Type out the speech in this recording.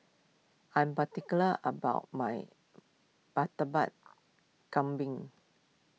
I am particular about my Kambing